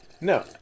No